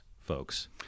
folks